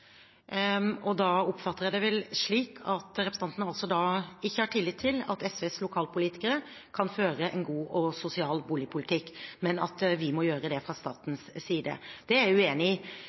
og da oppfatter jeg det vel slik at representanten ikke har tillit til at SVs lokalpolitikere kan føre en god og sosial boligpolitikk, men at vi må gjøre det fra statens side. Det er jeg uenig i.